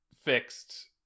fixed